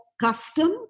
custom